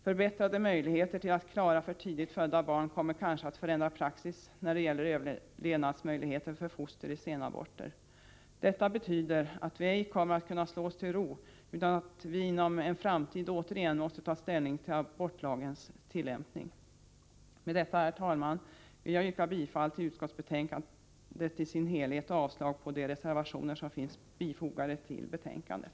Förbättrade möjligheter att klara för tidigt födda barn kommer kanske att förändra praxis när det gäller synen på överlevnadsmöjligheter för foster vid senaborter. Detta betyder att vi ej kommer att kunna slå oss till ro, utan att vi i en framtid återigen måste ta ställning till abortlagens tillämpning. Med detta, herr talman, vill jag yrka bifall till utskottets hemställan i dess helhet och avslag på de reservationer som finns fogade till betänkandet.